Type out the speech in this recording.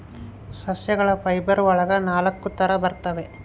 ಸಸ್ಯಗಳ ಫೈಬರ್ ಒಳಗ ನಾಲಕ್ಕು ತರ ಬರ್ತವೆ